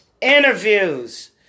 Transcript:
Interviews